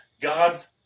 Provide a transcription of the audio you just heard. God's